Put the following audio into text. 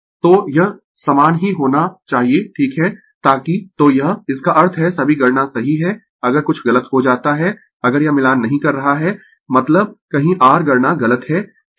तो यह समान ही होना चाहिए ठीक है ताकि तो यह इसका अर्थ है सभी गणना सही है अगर कुछ गलत हो जाता है अगर यह मिलान नहीं कर रहा है मतलब कहीं r गणना गलत है ठीक है